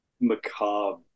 macabre